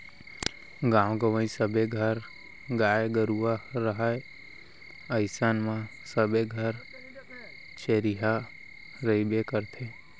गॉंव गँवई सबे घर गाय गरूवा रहय अइसन म सबे घर चरिहा रइबे करथे